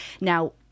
Now